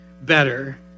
better